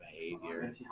behavior